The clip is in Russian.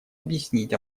объяснить